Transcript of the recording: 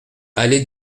allée